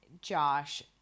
Josh